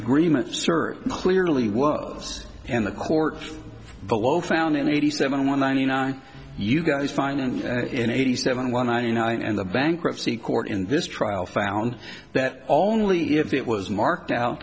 agreement server clearly woes and the court below found in eighty seven one ninety nine you guys find end in eighty seven one hundred nine and the bankruptcy court in this trial found that only if it was marked out